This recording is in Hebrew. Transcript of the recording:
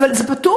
אבל זה פתוח.